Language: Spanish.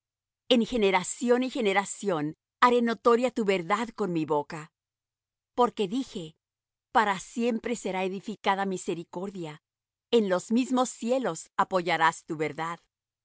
en generación y generación haré notoria tu verdad con mi boca porque dije para siempre será edificada misericordia en los mismos cielos apoyarás tu verdad